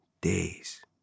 days